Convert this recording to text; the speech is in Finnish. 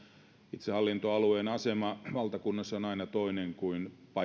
itsehallintoalueen asema valtakunnassa on aina toinen kuin